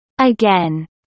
Again